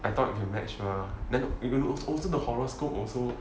I thought can match mah and then also the horoscope also